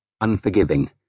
unforgiving